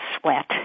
sweat